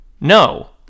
no